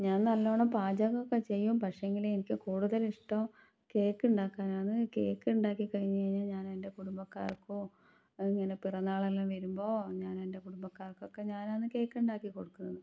ഞാൻ നല്ലോണം പാചകമൊക്കെ ചെയ്യും പക്ഷേങ്കിൽ എനിക്ക് കൂടുതലിഷ്ടം കേക്ക് ഉണ്ടാക്കാനാണ് കേക്ക് ഉണ്ടാക്കി കഴിഞ്ഞ് കഴിഞ്ഞാൽ ഞാൻ എൻ്റെ കുടുംബക്കാർക്കും ഇങ്ങനെ പിറന്നാളെല്ലാം വരുമ്പോൾ ഞാനെൻ്റെ കുടുംബക്കാർക്കു ഒക്കെ ഞാനാണ് കേക്ക് ഉണ്ടാക്കി കൊടുക്കുന്നത്